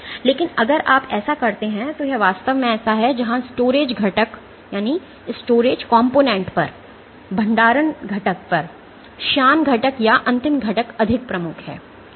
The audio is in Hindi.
लेकिन अगर आप ऐसा करते हैं तो यह वास्तव में ऐसा है जहां स्टोरेज घटक पर श्यान घटक या अंतिम घटक अधिक प्रमुख है